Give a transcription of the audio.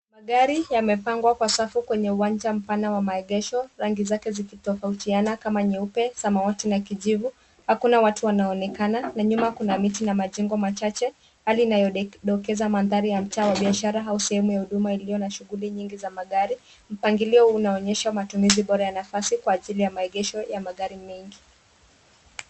Magari yamepangwa kwa safu kwenye uwanja mpana wa maegesho. Rangi zake zikitofautiana kama nyeupe samawati na kijivu. Hakuna watu wanaonekana, na nyuma kuna miti na majengo machache, hali inayodokeza mandhari ya mtaa wa biashara au sehemu ya huduma iliyo na shughuli nyingi za magari. Mpangilio huu unaonyesha matumizi bora ya nafasi kwa ajili ya maegesho ya magari mengi.